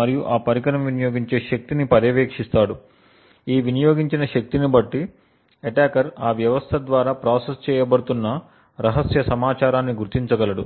మరియు ఆ పరికరం వినియోగించే శక్తిని పర్యవేక్షిస్తాడు ఈ వినియోగించిన శక్తిని బట్టి అటాకర్ ఆ వ్యవస్థ ద్వారా ప్రాసెస్ చేయబడుతున్న రహస్య సమాచారాన్ని గుర్తించగలడు